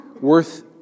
worth